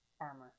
armor